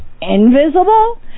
invisible